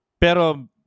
Pero